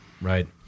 Right